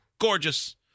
gorgeous